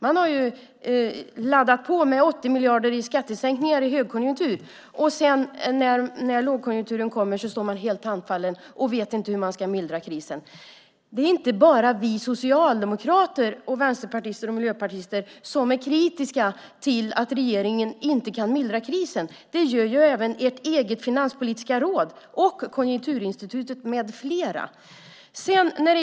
Man har laddat på med 80 miljarder i skattesänkningar i högkonjunktur, och sedan när lågkonjunkturen kommer står man helt handfallen och vet inte hur man ska mildra krisen. Det är inte bara vi socialdemokrater, vänsterpartister och miljöpartister som är kritiska till att regeringen inte kan mildra krisen. Det är även regeringens eget organ, Finanspolitiska rådet, liksom Konjunkturinstitutet med flera.